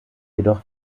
jedoch